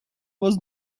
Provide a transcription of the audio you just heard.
was